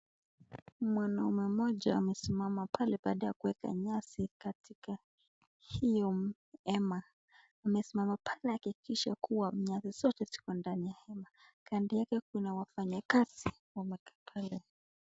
Mwanaume mmoja amesimama pale baada ya kuweka nyasi katika hiyo hema, amesimama pale akihakikisha kuwa nyasi zote ziko ndani ya hema, kando yake kuna wafanyikazi wamekaa pale.